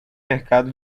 mercado